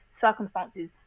circumstances